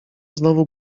znowu